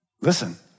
Listen